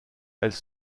elles